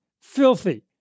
filthy